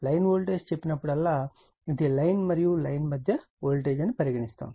line voltage అని చెప్పినప్పుడల్లా ఇది లైన్ మరియు లైన్ మధ్య వోల్టేజ్ అని పరిగణిస్తారు